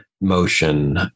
motion